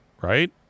right